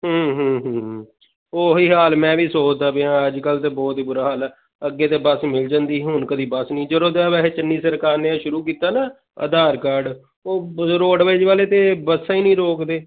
ਉਹੀ ਹਾਲ ਮੈਂ ਵੀ ਸੋਚਦਾ ਪਿਆ ਅੱਜ ਕੱਲ੍ਹ ਤਾਂ ਬਹੁਤ ਹੀ ਬੁਰਾ ਹਾਲ ਹੈ ਅੱਗੇ ਤਾਂ ਬੱਸ ਮਿਲ ਜਾਂਦੀ ਹੁਣ ਕਦੀ ਬੱਸ ਨਹੀਂ ਜਦੋਂ ਦਾ ਵੈਸੇ ਚੰਨੀ ਸਰਕਾਰ ਨੇ ਇਹ ਸ਼ੁਰੂ ਕੀਤਾ ਨਾ ਆਧਾਰ ਕਾਰਡ ਉਹ ਰੋਡਵੇਜ਼ ਵਾਲੇ ਤਾਂ ਬੱਸਾਂ ਹੀ ਨਹੀਂ ਰੋਕਦੇ